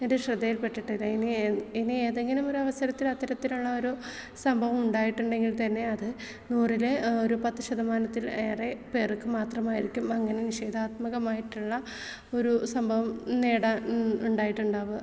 എൻ്റെ ശ്രദ്ധയിൽപ്പെട്ടിട്ടില്ല ഇനി ഇനി ഏതെങ്കിലും ഒരവസരത്തിൽ അത്തരത്തിലുള്ള ഒരു സംഭവം ഉണ്ടായിട്ടുണ്ടെങ്കിൽത്തന്നെ അത് നൂറിൽ ഒരു പത്ത് ശതമാനത്തിൽ ഏറെ പേർക്ക് മാത്രമായിരിക്കും അങ്ങനെ നിഷേധാത്മകമായിട്ടുള്ള ഒരു സംഭവം നേടാൻ ഉണ്ടായിട്ടുണ്ടാവുക